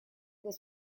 was